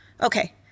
Okay